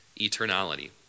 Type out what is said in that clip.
Eternality